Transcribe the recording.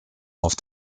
auf